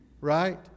right